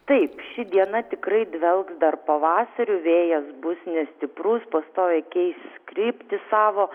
taip ši diena tikrai dvelk dar pavasariu vėjas bus nestiprus pastoviai keis kryptį savo